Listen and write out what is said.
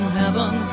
heaven